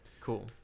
Cool